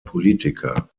politiker